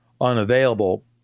unavailable